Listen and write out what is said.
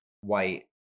white